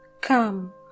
come